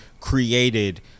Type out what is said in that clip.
created